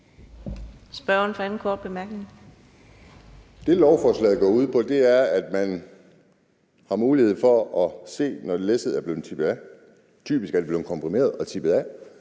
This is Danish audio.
Kim Edberg Andersen (DD): Det, lovforslaget går ud på, er, at man har mulighed for se på det, når læsset er blevet tippet af. Typisk er det blevet komprimeret og tippet af.